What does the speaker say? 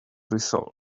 resolve